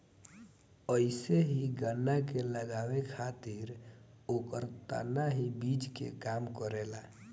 अइसे ही गन्ना के लगावे खातिर ओकर तना ही बीज के काम करेला